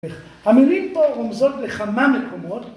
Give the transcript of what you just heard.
‫המילים פה רומזות לכמה מקומות.